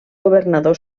governador